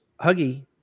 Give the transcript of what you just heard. Huggy